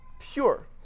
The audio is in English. pure